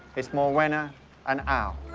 it's morwenna and al.